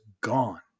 gone